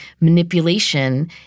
manipulation